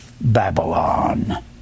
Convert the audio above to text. Babylon